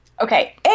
Okay